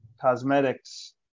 cosmetics